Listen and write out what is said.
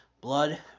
Blood